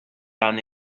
than